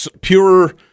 pure